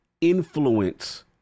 influence